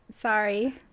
Sorry